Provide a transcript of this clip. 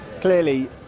Clearly